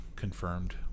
confirmed